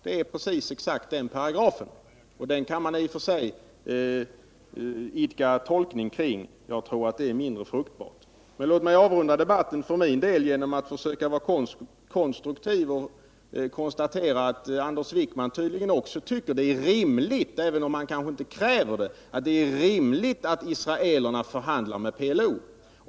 Det är exakt den paragrafen, och denna kan man i och för sig försöka tolka. Jag tror att det är mindre fruktbart. Låt mig för min del avrunda debatten med att försöka vara konstruktiv och konstatera att Anders Wijkman tydligen också tycker att det är rimligt, även om han inte kräver det, att israelerna förhandlar med PLO.